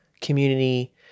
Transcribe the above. community